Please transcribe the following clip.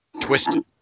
twisted